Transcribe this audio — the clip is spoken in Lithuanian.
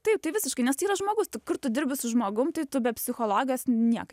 taip tai visiškai nes tai yra žmogus tu kur tu dirbi su žmogum tai tu be psichologijos niekaip